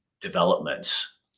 developments